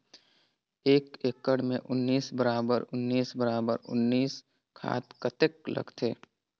एक एकड़ मे उन्नीस बराबर उन्नीस बराबर उन्नीस खाद कतेक लगथे?